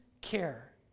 care